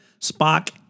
Spock